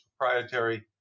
proprietary